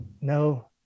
no